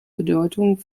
bedeutung